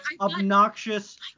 obnoxious